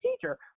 teacher